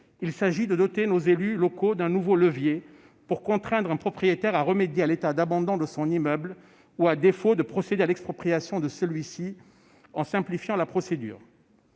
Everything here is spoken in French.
il s'agit de doter nos élus locaux d'un nouveau levier pour contraindre un propriétaire à remédier à l'état d'abandon de son immeuble ou, à défaut, de procéder à l'expropriation en simplifiant la procédure.